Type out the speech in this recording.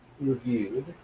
reviewed